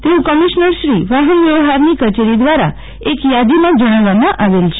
તેવું કમિશ્નર શ્રી વાહનવ્યવહાર કચેરી દવારા એક યાદોમાં જણાવવામાં આવેલ છે